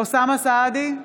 אוסאמה סעדי,